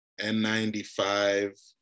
N95